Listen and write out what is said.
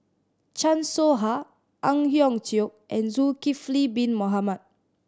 Chan Soh Ha Ang Hiong Chiok and Zulkifli Bin Mohamed